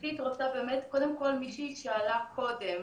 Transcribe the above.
המידע על קורונה נמצא